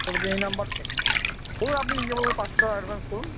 করে দিয়ে এই নম্বর ও আপনি নিজের মতোন পাঁচশো টাকা অ্যাডভান্স করুন